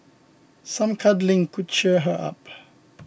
some cuddling could cheer her up